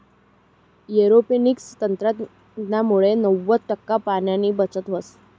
aeroponics तंत्रज्ञानमुये नव्वद टक्का पाणीनी बचत व्हस